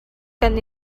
kan